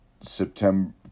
september